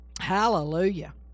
hallelujah